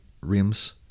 rims